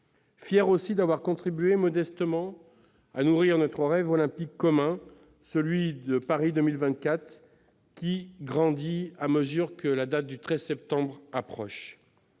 fiers, aussi, d'avoir contribué modestement à nourrir notre rêve olympique commun, celui de « Paris 2024 », qui grandit à mesure qu'approche l'échéance du 13 septembre 2017.